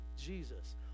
Jesus